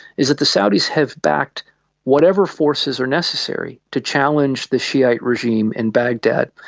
is that the saudis have backed whatever forces are necessary to challenge the shi'ite regime in baghdad,